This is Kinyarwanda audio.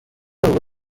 ubu